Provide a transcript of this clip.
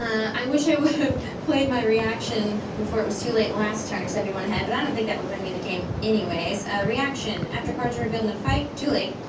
i wish i would've played my reaction before it was too late last turn, cause i'd be one ahead, but i don't think that would win me the game anyways. ah, reaction, after cards are revealed in a fight, too late.